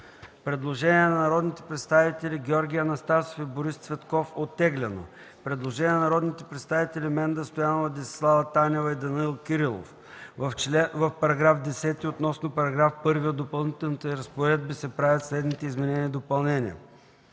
Предложение от народните представители Георги Анастасов и Борис Цветков – оттеглено. Предложение от народните представители Менда Стоянова, Десислава Танева и Данаил Кирилов: „В § 10 относно § 1 от Допълнителните разпоредби се правят следните изменения и допълнения: